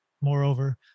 Moreover